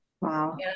Wow